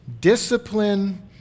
Discipline